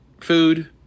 food